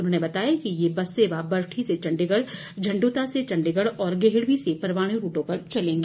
उन्होंने बताया कि ये बस सेवा बरठी से चंडीगढ़ झंड्रता से चंडीगढ़ और गेहड़वीं से परवाणु रूटों पर चलेंगी